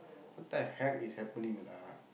what the heck is happening lah